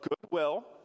goodwill